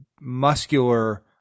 muscular